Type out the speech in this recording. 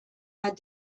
had